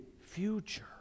future